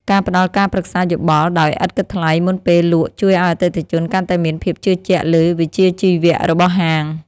ការផ្តល់ការប្រឹក្សាយោបល់ដោយឥតគិតថ្លៃមុនពេលលក់ជួយឱ្យអតិថិជនកាន់តែមានភាពជឿជាក់លើវិជ្ជាជីវៈរបស់ហាង។